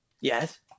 Yes